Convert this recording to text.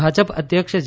ભાજપ અધ્યક્ષ જે